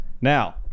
Now